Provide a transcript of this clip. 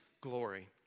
glory